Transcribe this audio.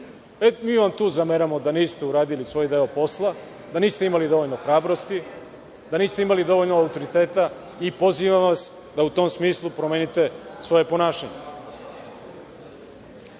Mi vam tu zameramo da niste uradili svoj deo posla, da niste imali dovoljno hrabrosti, da niste imali dovoljno autoriteta i pozivamo vas da u tom smislu promenite svoje ponašanje. Na